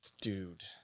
Dude